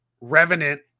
revenant